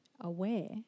aware